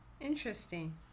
Interesting